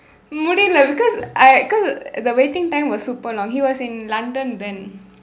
முடியல:mudiyala because I cause the waiting time was super long he was in london then